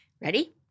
Ready